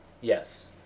Yes